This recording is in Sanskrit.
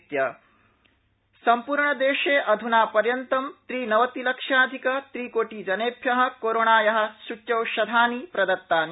कोविड अद्यतनम् सम्पूर्णदेशे अधुनापर्यन्तं त्रिनवतिलक्षाधिक त्रिकोटिजनेभ्य कोरोणाया सूच्यौषधानि प्रदत्तानि